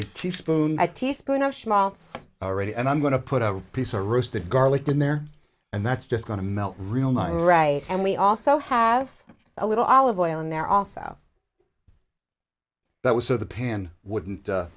a teaspoon a teaspoon of schmaltz already and i'm going to put a piece or roasted garlic in there and that's just going to melt real nice right and we also have a little olive oil in there also that was so the pan wouldn't